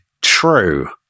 True